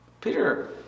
Peter